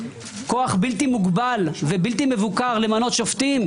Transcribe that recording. כוח בלתי מוגבל ובלתי מבוקר למנות שופטים,